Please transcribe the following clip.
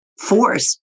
force